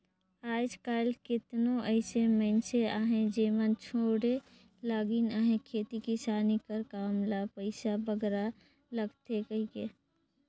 आएज काएल केतनो अइसे मइनसे अहें जेमन छोंड़े लगिन अहें खेती किसानी कर काम ल पइसा बगरा लागथे कहिके